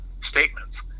statements